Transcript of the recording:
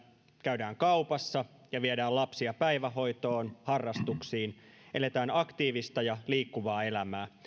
käydään kaupassa ja viedään lapsia päivähoitoon harrastuksiin eletään aktiivista ja liikkuvaa elämää